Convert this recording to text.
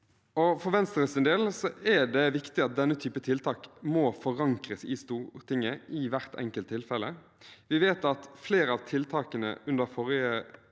For Venstres del er det viktig at denne type tiltak må forankres i Stortinget i hvert enkelt tilfelle. Vi vet at flere av tiltakene under